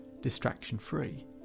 distraction-free